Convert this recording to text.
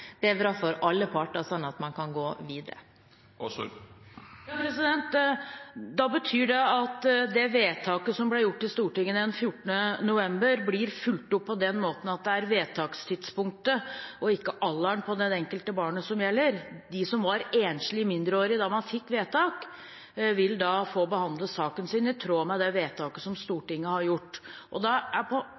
Det er bra for alle parter, sånn at man kan gå videre. Da betyr det at det vedtaket som ble gjort i Stortinget den 14. november, blir fulgt opp på den måten at det er vedtakstidspunktet og ikke alderen på det enkelte barnet som gjelder. De som var enslige mindreårige da man fikk vedtak, vil da få behandlet saken sin i tråd med det vedtaket som Stortinget har gjort. Da er på